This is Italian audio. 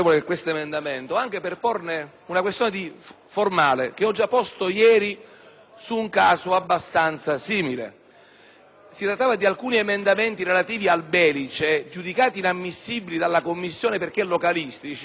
Si trattava di alcuni emendamenti relativi al Belice, giudicati inammissibili dalla Commissione perche´ localistici, mentre il testo del Governo, all’articolo 2, comma 9, prevede una norma di contenuto